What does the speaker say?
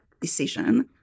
decision